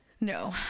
No